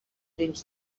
dins